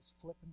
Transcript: flipping